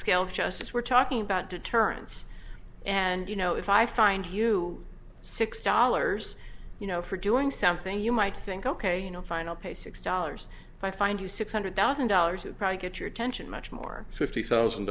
scales of justice we're talking about deterrence and you know if i find you six dollars you know for doing something you might think ok you know final pay six dollars if i find you six hundred thousand dollars you'd probably get your attention much more fifty thousand